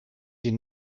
sie